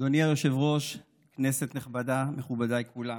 היושב-ראש, כנסת נכבדה, מכובדיי כולם,